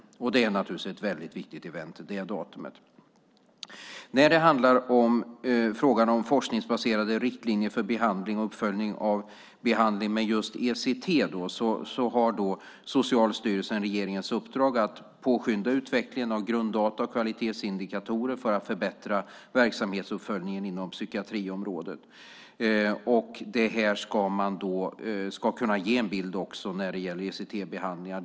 Det datumet är naturligtvis ett väldigt viktigt event. När det handlar om frågan om forskningsbaserade riktlinjer och uppföljning av behandling med just ECT har Socialstyrelsen regeringens uppdrag att påskynda utvecklingen av grunddata och kvalitetsindikatorer för att förbättra verksamhetsuppföljningen inom psykiatriområdet. Det ska också kunna ge en bild när det gäller ECT-behandlingar.